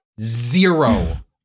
zero